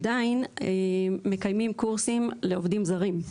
עדיין מקיימים קורסים לעובדים זרים.